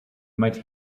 might